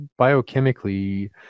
biochemically